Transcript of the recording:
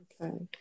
Okay